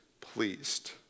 pleased